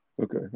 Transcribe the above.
Okay